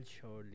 surely